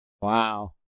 Wow